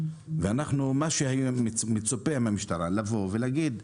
ומה שמצופה מהמשטרה זה לבוא ולהגיד,